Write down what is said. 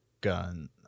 gun